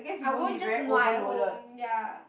I won't just nua at home ya